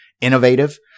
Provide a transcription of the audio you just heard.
innovative